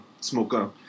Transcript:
Smoker